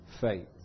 faith